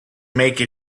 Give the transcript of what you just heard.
make